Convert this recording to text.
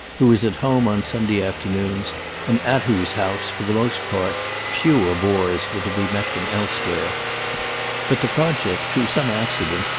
who was at home on sunday afternoons and at whose house, for the most part, fewer bores were to be met than elsewhere but the project, through some accident,